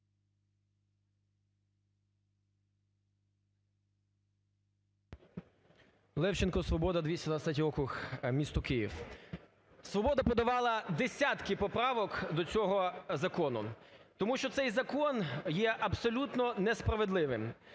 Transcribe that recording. Левченко, "Свобода", 223 округ місто Київ. "Свобода" подавала десятки поправок до цього закону, тому що цей закон є абсолютно несправедливим.